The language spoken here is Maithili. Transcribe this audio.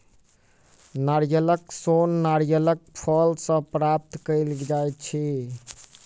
नारियलक सोन नारियलक फल सॅ प्राप्त कयल जाइत अछि